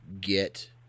get